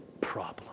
problem